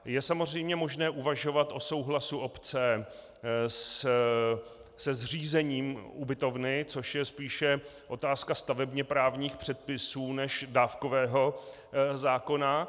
Je samozřejmě možné uvažovat o souhlasu obce se zřízením ubytovny, což je spíše otázka stavebněprávních předpisů než dávkového zákona.